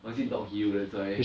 or is it dog hero that's why